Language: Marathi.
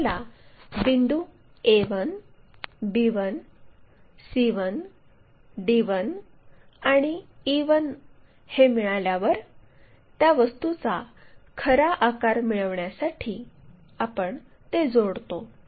आपल्याला बिंदू a1 b1 c1 d1 आणि e1 हे मिळाल्यावर त्या वस्तूचा खरा आकार मिळविण्यासाठी आपण ते जोडतो